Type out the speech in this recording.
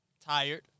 tired